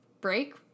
break